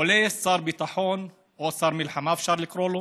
עולה שר ביטחון, או שר מלחמה, אפשר לקרוא לו,